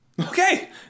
Okay